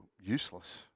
useless